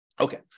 Okay